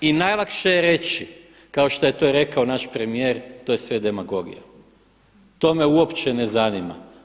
I najlakše je reći, kao što je to rekao naš premijer, to je sve demagogija, to me uopće ne zanima.